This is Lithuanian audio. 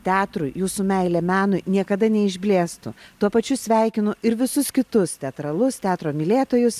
teatrui jūsų meilė menui niekada neišblėstų tuo pačiu sveikinu ir visus kitus teatralus teatro mylėtojus